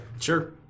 Sure